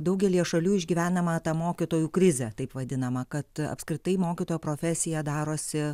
daugelyje šalių išgyvenama ta mokytojų krizė taip vadinama kad apskritai mokytojo profesija darosi